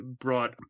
brought